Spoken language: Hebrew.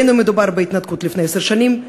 בין שמדובר בהתנתקות לפני עשר שנים,